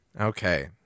okay